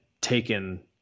taken